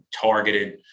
targeted